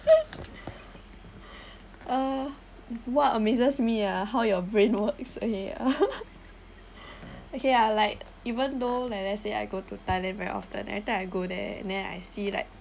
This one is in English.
uh what amazes me how your brain works okay okay ah like even though like let's say I go to thailand very often every time I go there and then I see like